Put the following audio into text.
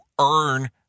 earn